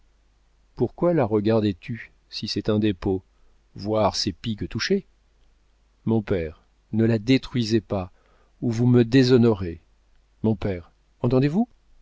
pourquoi la regardais tu si c'est un dépôt voir c'est pis que toucher mon père ne la détruisez pas ou vous me déshonorez mon père entendez-vous